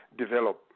develop